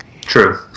True